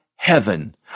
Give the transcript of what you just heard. heaven